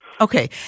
Okay